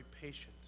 patient